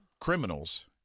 criminals